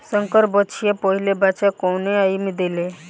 संकर बछिया पहिला बच्चा कवने आयु में देले?